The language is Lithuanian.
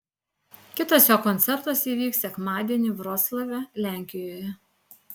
kitas jo koncertas įvyks sekmadienį vroclave lenkijoje